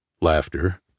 Laughter